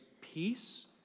peace